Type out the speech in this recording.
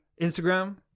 Instagram